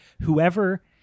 whoever